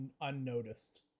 unnoticed